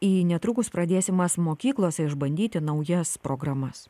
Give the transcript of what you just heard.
į netrukus pradėsimas mokyklose išbandyti naujas programas